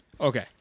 Okay